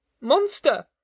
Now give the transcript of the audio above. monster